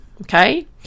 okay